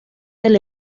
del